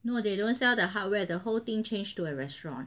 no they don't sell the hardware the whole thing change to a restaurant